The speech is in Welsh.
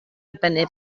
dibynnu